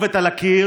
שהכתובת על הקיר,